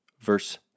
verse